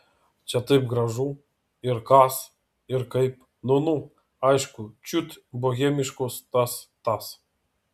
čia taip gražu ir kas ir kaip nu nu aišku čiut bohemiškos tas tas